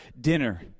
dinner